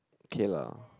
kay lah